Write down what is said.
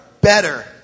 better